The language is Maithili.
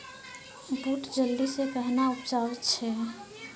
बूट जल्दी से कहना उपजाऊ छ?